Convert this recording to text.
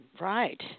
Right